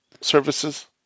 services